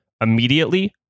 immediately